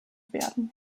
werden